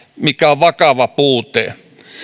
mikä on vakava puute